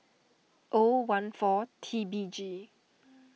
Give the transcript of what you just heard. O one four T B G